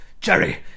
Jerry